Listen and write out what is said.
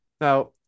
Now